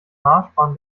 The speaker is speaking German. marschbahn